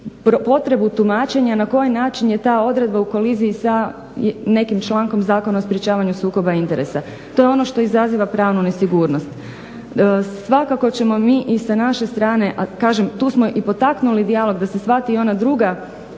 potrebu tumačenja na koji način je ta odredba u koliziji sa nekim člankom Zakona o sprečavanju sukoba interesa. To je ono što izaziva pravnu nesigurnost. Svakako ćemo mi i sa naše strane, a kažem tu smo i potaknuli dijalog da se shvati i ona druga